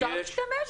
אפשר להשתמש בו.